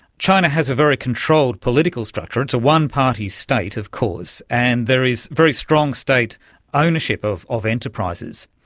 china has a very controlled political structure, it's a one-party state of course, and there is very strong state ownership of of enterprises.